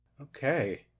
Okay